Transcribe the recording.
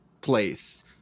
place